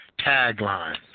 tagline